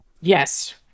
yes